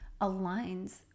aligns